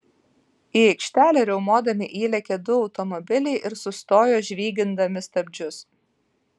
į aikštelę riaumodami įlėkė du automobiliai ir sustojo žvygindami stabdžius